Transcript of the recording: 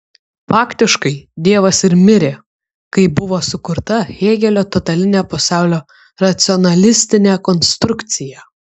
faktiškai dievas ir mirė kai buvo sukurta hėgelio totalinė pasaulio racionalistinė konstrukcija